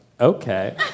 Okay